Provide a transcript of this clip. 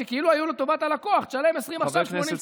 שכאילו היו לטובת הלקוח: תשלם 20% עכשיו,